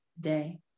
day